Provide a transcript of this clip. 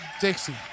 Dixie